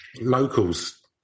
Locals